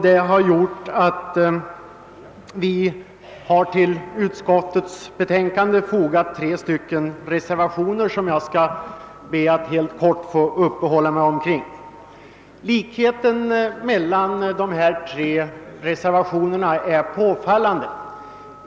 : Detta har föranlett oss att vid utskottets betänkande foga tre reservationer, som jag ber att helt kort få uppehålla mig vid. Likheten mellan de tre 'reservationer: na är påfallande.